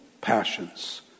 passions